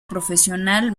profesional